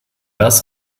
das